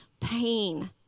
pain